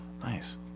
Nice